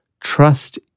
trust